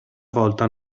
volta